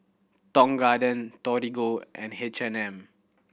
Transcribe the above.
Tong Garden Torigo and H and M